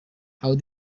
how